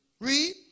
Read